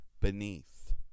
beneath